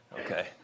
okay